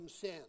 sin